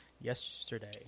yesterday